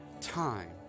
time